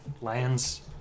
lands